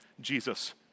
Jesus